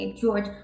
George